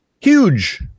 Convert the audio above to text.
huge